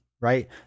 right